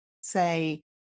say